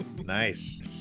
Nice